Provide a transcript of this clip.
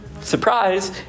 surprise